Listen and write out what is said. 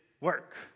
work